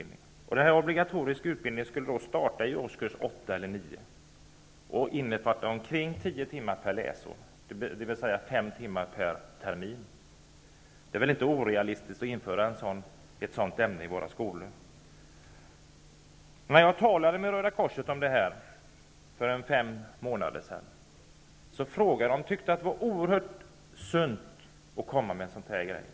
Den skulle starta i årskurs 8 eller 9 och innefatta omkring tio timmar per läsår, dvs. fem timmar per termin. Det är väl inte orealistiskt att införa ett sådant ämne i våra skolor. När jag talade med Röda korset om den här frågan, för fem månader sedan, tyckte man att ett sådant här förslag var oerhört sunt.